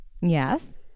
Yes